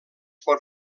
pot